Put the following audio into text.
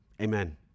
Amen